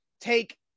take